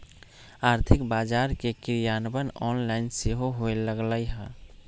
आर्थिक बजार के क्रियान्वयन ऑनलाइन सेहो होय लगलइ ह